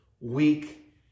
week